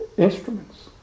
instruments